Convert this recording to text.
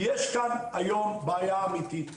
יש כאן היום בעיה אמיתית,